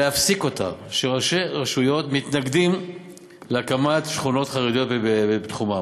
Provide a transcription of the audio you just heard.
שראשי רשויות מתנגדים להקמת שכונות חרדיות בתחומן.